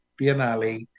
Biennale